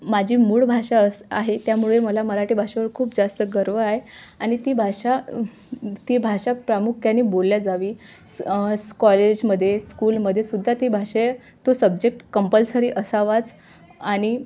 माझी मूळ भाषा अस आहे त्यामुळे मला मराठी भाषेवर खूप जास्त गर्व आहे आणि ती भाषा ती भाषा प्रामुख्याने बोलल्या जावी स् कॉलेजमध्ये स्कूलमध्येसुद्धा ती भाषा तो सब्जेक्ट कंपल्सरी असावाच आणि